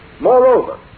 Moreover